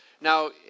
Now